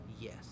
Yes